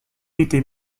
était